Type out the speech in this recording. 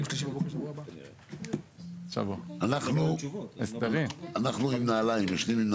אנחנו ישנים עם נעליים.